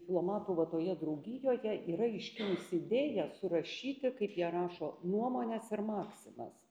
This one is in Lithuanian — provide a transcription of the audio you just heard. filomatų va toje draugijoje yra iškilusi idėja surašyti kaip jie rašo nuomones ir maksimas